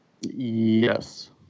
Yes